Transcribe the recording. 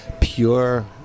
pure